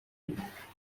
bye